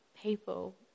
people